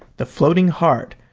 the floating heart,